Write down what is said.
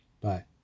bye